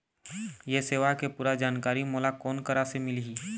ये सेवा के पूरा जानकारी मोला कोन करा से मिलही?